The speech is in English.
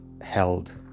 Held